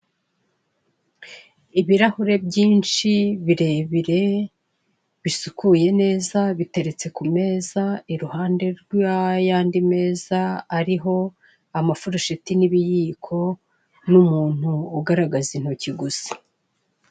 Ibirahure byinshi birebire bisukuye neza biteretse ku meza iruhande rw'ayandi meza ariho amafurusheti n'ibiyiko n'umuntu ugaragaza intoki gusa.